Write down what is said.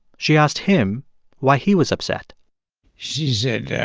she asked him why he was upset she said, yeah